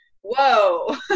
whoa